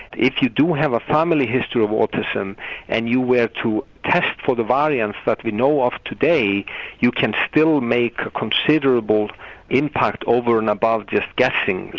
if you do have a family history of autism and you were to test for the variants that we know of today you can still make a considerable impact over and above just guessing.